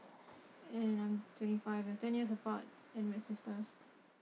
and I'm twenty five we are ten years apart and we are sisters